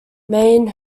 maine